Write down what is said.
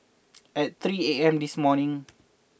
at three A M this morning